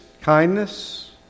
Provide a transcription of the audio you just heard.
kindness